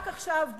רק עכשיו,